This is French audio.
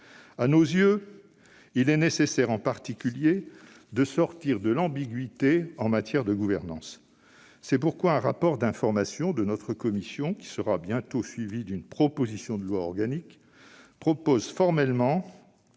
À nos yeux, il est nécessaire, en particulier, de sortir de l'ambiguïté en matière de gouvernance. C'est pourquoi un rapport d'information de notre commission, qui sera bientôt suivi d'une proposition de loi organique, propose formellement